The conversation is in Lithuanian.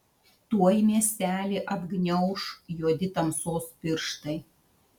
tuoj miestelį apgniauš juodi tamsos pirštai